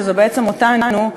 שזה בעצם אותנו,